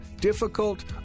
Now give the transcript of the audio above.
difficult